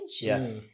Yes